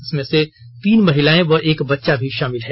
इसमें से तीन महिलाएं और एक बच्चा भी शामिल है